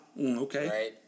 okay